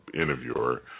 interviewer